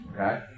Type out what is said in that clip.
Okay